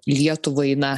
lietuvai na